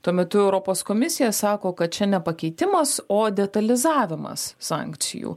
tuo metu europos komisija sako kad čia ne pakeitimas o detalizavimas sankcijų